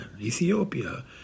Ethiopia